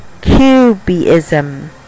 cubism